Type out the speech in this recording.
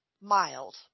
mild